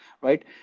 Right